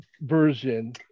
version